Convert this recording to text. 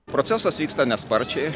procesas vyksta nesparčiai